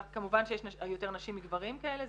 כמובן שיש יותר נשים מגברים כאלה,